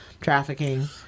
trafficking